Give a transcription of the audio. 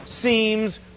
seems